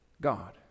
God